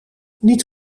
niet